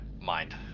mind